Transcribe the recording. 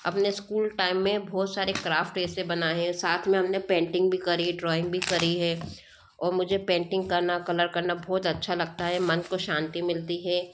अपने school time में बहुत सारे क्राफ्ट ऐसे बनाए है साथ में हम ने पैंटिंग भी करी ड्राॅइंग भी करी है और मुझे पैंटिंग करना कलर करना बहुत अच्छा लगता है मन को शांति मिलती है